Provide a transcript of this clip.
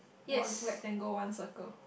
one rectangle one circle